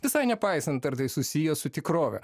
visai nepaisant ar tai susiję su tikrove